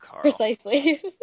Precisely